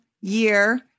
year